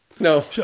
No